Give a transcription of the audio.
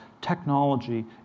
Technology